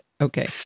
Okay